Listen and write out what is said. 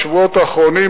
בשבועות האחרונים,